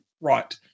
right